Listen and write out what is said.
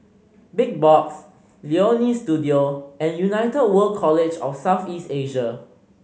Big Box Leonie Studio and United World College of South East Asia